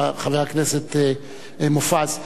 חבר הכנסת מופז.